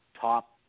top